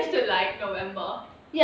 I used to like november